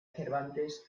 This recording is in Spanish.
cervantes